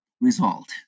result